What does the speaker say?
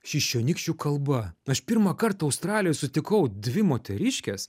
šišionykšių kalba aš pirmą kartą australijoj sutikau dvi moteriškes